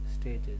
stages